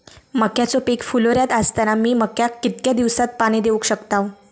मक्याचो पीक फुलोऱ्यात असताना मी मक्याक कितक्या दिवसात पाणी देऊक शकताव?